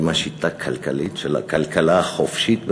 עם השיטה הכלכלית של הכלכלה "החופשית",